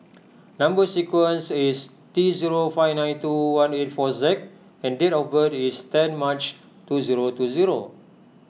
Number Sequence is T zero five nine two one eight four Z and date of birth is ten March two zero two zero